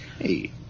Hey